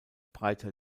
breiter